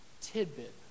tidbit